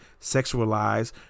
sexualized